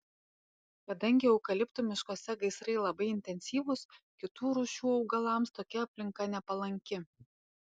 kadangi eukaliptų miškuose gaisrai labai intensyvūs kitų rūšių augalams tokia aplinka nepalanki